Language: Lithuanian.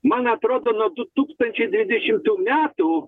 man atrodo nuo du tūkstančiai dvidešimtų metų